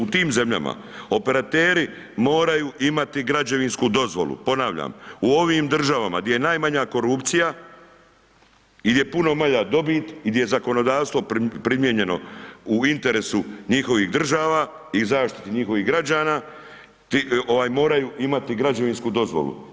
U tim zemljama, operateri moraju imati građevinsku dozvolu, ponavljam, u ovim državama, gdje je najmanja korupcija i gdje je puno manja dobit i gdje je zakonodavstvo primijenjeno u interesu njihovih država i zaštiti njihovih građana moraju imati građevinsku dozvolu.